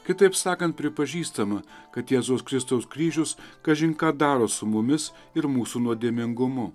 kitaip sakant pripažįstama kad jėzaus kristaus kryžius kažin ką daro su mumis ir mūsų nuodėmingumu